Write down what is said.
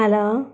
hello